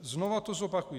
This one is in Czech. Znovu to zopakuji.